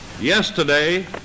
Yesterday